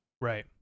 Right